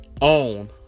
own